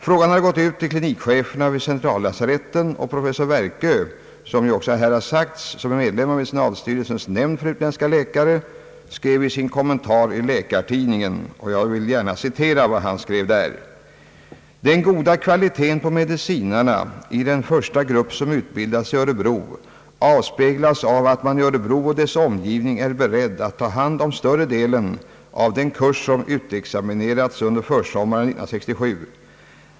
Frågan hade gått ut till klinikcheferna vid centrallasaretten, och professor Werkö, som är medlem av medicinalstyrelsens nämnd för utländska läkare, skrev i sin kommentar i Läkartidningen: »Den goda kvaliteten på medicinarna i den första grupp som utbildas i Örebro avspeglas av att man i Örebro och dess omgivning är beredd att ta hand om större delen av den kurs som utexamineras under försommaren 1967.